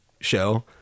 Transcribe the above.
show